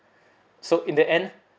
so in the end